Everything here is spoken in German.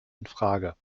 infrage